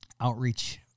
outreach